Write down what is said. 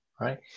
Right